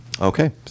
okay